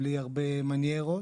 בלי הרבה מניירות,